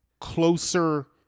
closer